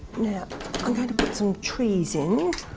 now i'm going to get some trees in.